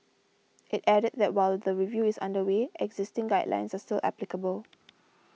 it added that while the review is under way existing guidelines are still applicable